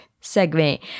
segment